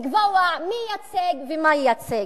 לקבוע מי ייצג ומה ייצג.